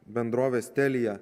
bendrovės telia